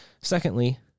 Secondly